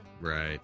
Right